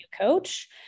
coach